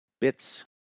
bits